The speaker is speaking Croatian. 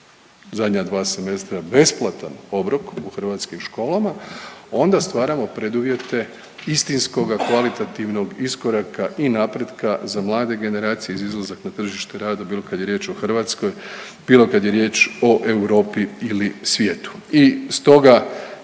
zadnja dva semestra besplatan obrok u hrvatskim školama onda stvaramo preduvjete istinskoga kvalitativnog iskoraka i napretka za mlade generacije i izlazak na tržište rada bilo kad je riječ o Hrvatskoj, bilo kad je riječ o Europi ili svijetu. I stoga